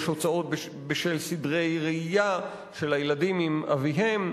יש הוצאות בשל סדרי ראייה של הילדים עם אביהם,